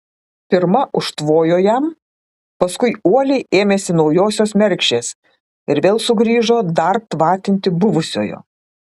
pirma užtvojo jam paskui uoliai ėmėsi naujosios mergšės ir vėl sugrįžo dar tvatinti buvusiojo